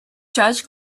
judge